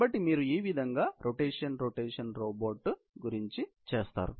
కాబట్టి మీరు ఈవిధంగా రొటేషన్ రొటేషన్ రోబోట్ చేస్తారు